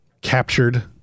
captured